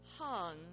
hung